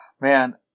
Man